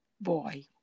boy